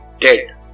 dead